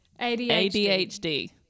ADHD